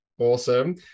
Awesome